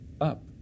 up